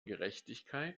gerechtigkeit